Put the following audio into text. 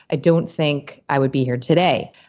i don't think i would be here today.